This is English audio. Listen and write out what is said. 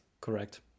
correct